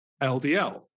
LDL